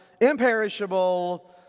imperishable